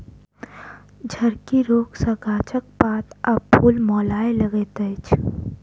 झड़की रोग सॅ गाछक पात आ फूल मौलाय लगैत अछि